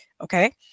okay